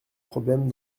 problème